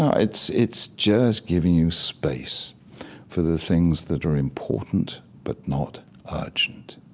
ah it's it's just giving you space for the things that are important, but not urgent.